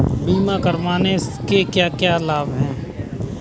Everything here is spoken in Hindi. बीमा करवाने के क्या क्या लाभ हैं?